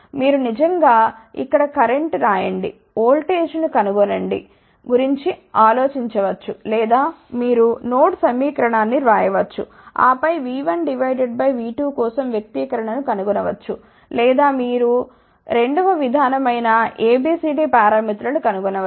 మీరు నిజంగా ఇక్కడ కరెంట్ రాయడం ఓల్టేజ్ను కనుగొనడం గురించి ఆలోచించవచ్చు లేదా మీరు నోడ్ సమీకరణాన్ని వ్రాయవచ్చు ఆపై V1V2 కోసం వ్యక్తీకరణ ను కనుగొనవచ్చు లేదా మీరు ల రెండవ విధాననైన ABCD పారామితులను ఉపయోగించవచ్చు